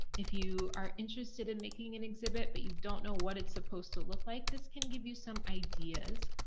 if you are interested in making an exhibit, but you don't know what it's supposed to look like this can give you some ideas.